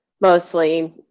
mostly